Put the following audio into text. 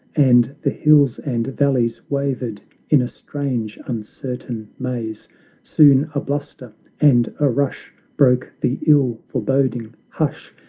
and the hills and valleys wavered in a strange, uncertain maze soon a bluster and a rush broke the ill-forboding hush,